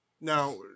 Now